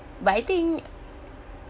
but I think